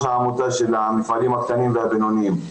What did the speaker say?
העמותה של המפעלים הקטנים והבינוניים.